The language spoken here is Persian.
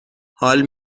حال